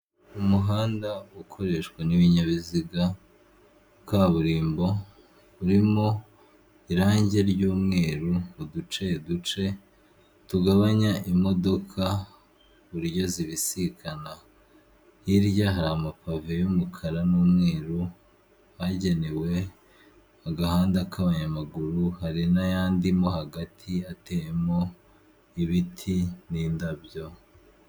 Umuhanda ukoreshwa n'ibinyabiziga wa kaburimbo urimo irangi ry'umweru uduce duce tugabanya imodoka buri buryo zibisikana, hirya harimo ampave y'umukara n'umweru hagenewe agahanda k'abanyamaguru, hari n'ayandi mo hagati ateyemo ibiti n'indabyo.